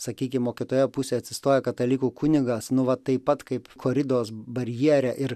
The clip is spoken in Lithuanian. sakykim kitoje pusėje atsistoja katalikų kunigas nu va taip pat kaip koridos barjere ir